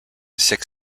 six